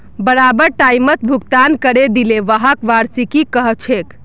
बराबर टाइमत भुगतान करे दिले व्हाक वार्षिकी कहछेक